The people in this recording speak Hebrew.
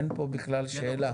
אין פה בכלל שאלה,